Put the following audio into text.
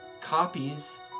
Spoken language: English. copies